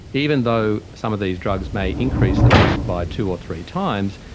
even though some of these drugs may increase the risk by two or three times,